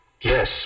Yes